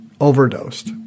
Overdosed